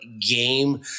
game